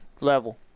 level